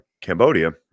Cambodia